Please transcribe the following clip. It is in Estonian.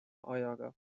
ajaga